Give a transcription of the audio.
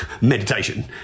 meditation